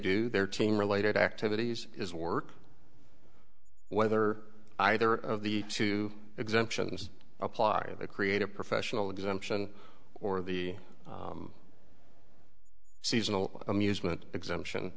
do their team related activities is work whether either of the two exemptions apply or they create a professional exemption or the seasonal amusement exemption